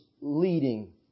leading